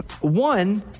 one